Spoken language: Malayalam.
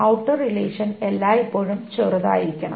ഔട്ടർ റിലേഷൻ എല്ലായ്പ്പോഴും ചെറുതായിരിക്കണം